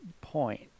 point